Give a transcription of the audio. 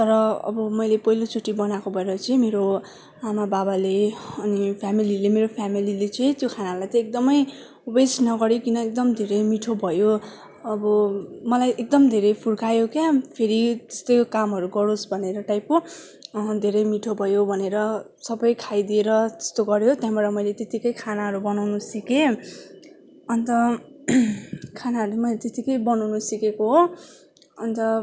तर अब मैले पहिलोचोटि बनाएको भएर चाहिँ मेरो आमा बाबाले अनि फेमिलीले मेरो फेमिलीले चाहिँ त्यो खानालाई एकदमै वेस्ट नगरिकन एकदम धेरै मिठो भयो अब मलाई एकदम धेरै फुर्कायो क्या फेरि त्यस्तो कामहरू गरोस् भनेर टाइपको धेरै मिठो भयो भनेर सबै खाइदिएर त्यस्तो गऱ्यो त्यहाँबाट मैले त्यतिकै खानाहरू बनाउनु सिकेँ अन्त खानाहरू मैले तेतिकै बनाउनु सिकेको हो अन्त